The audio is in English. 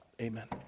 Amen